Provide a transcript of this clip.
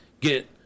get